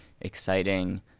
exciting